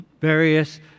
various